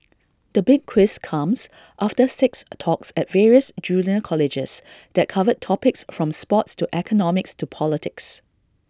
the big quiz comes after six talks at various junior colleges that covered topics from sports to economics to politics